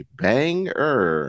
banger